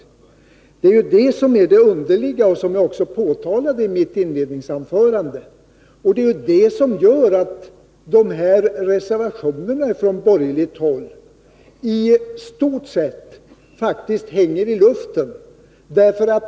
Det är det underliga, vilket jag också påtalade i mitt inledningsanförande. Detta gör att reservationerna från borgerligt håll i stort sett faktiskt hänger i luften.